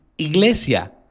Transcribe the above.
Iglesia